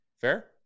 Fair